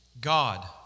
God